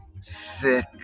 sick